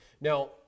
Now